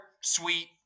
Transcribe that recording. sweet